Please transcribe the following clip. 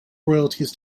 royalties